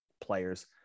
Players